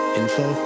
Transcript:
info